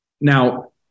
Now